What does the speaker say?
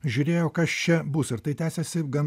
žiūrėjo kas čia bus ir tai tęsėsi gan